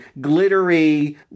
glittery